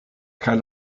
kaj